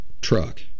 truck